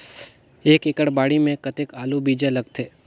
एक एकड़ बाड़ी मे कतेक आलू बीजा लगथे?